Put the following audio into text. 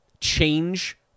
change